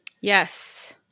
Yes